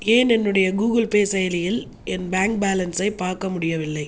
ஏன் என்னுடைய Google Pay செயலியில் என் பேங்க் பேலன்ஸை பார்க்க முடியவில்லை